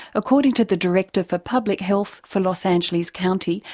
according to the director for public health for los angeles county,